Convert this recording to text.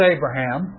Abraham